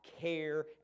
care